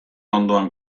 ondoan